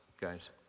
guys